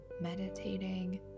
meditating